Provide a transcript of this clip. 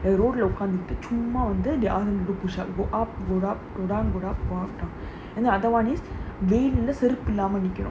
road lah உக்காந்துட்டு சும்மா வந்து:ukkaanthuttu chumma vanthu they are in group to shout go up go down go down and the other one is வெயில்ல செருப்பு இல்லாம நிக்குறான்:veyilla seruppu illama nikkuraan